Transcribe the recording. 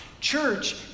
Church